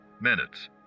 minutes